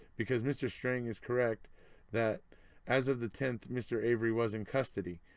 because mr strang is correct that as of the tenth mr. avery was in custody.